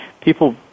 people